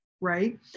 right